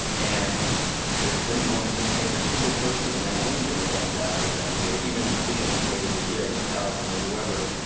and and there's been a moment with every single person in that game that was like that for them where even liam had played as a kid, or taliesin or whoever,